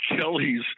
Kelly's –